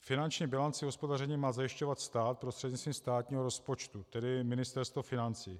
Finanční bilanci hospodaření má zajišťovat stát prostřednictvím státního rozpočtu, tedy Ministerstvo financí.